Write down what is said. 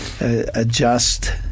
adjust